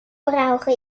brauche